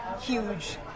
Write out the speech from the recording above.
huge